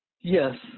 Yes